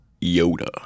Yoda